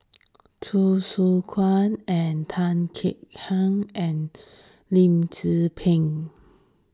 Hsu Tse Kwang and Tan Kek Hiang and Lim Tze Peng